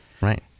Right